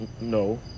No